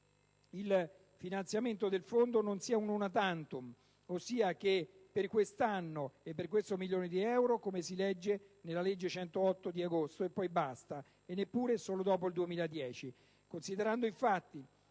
il finanziamento del Fondo non sia *una tantum*, ossia per questo anno e per questo milione di euro, come si legge nella legge n. 108, e poi basta, e neppure solo per il 2010.